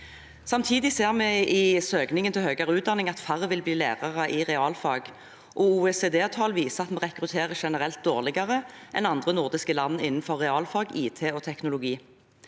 Samtidig ser vi i søkningen til høyere utdan ning at færre vil bli lærere i realfag, og OECD-tall viser at vi rekrutterer generelt dårligere enn andre nordiske land innenfor realfag, IT og teknologi.